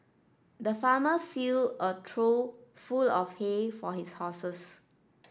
the farmer filled a trough full of hay for his horses